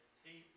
see